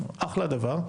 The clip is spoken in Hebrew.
אחלה דבר.